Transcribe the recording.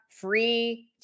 free